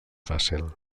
fàcil